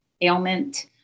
ailment